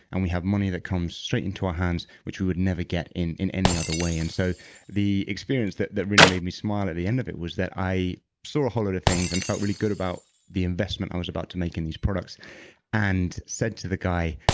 and we have money that comes straight into our hands, which we would never get in, in any other way and so the experience that that really made me smile at the end of it was that i saw a hollered of things and felt really good about the investment i was about to make in these products and said to the guy,